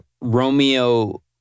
romeo